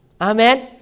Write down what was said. Amen